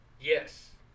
yes